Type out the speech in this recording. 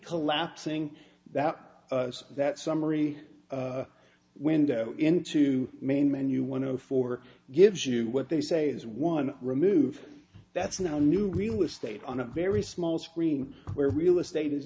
collapsing that that summary window into main menu one of four gives you what they say is one remove that's now a new green with state on a very small screen where real estate is